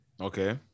Okay